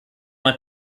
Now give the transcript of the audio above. ein